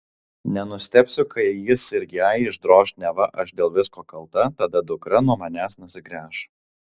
nenustebsiu kai jis ir jai išdroš neva aš dėl visko kalta tada dukra nuo manęs nusigręš